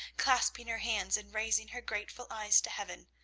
clasping her hands and raising her grateful eyes to heaven,